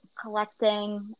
Collecting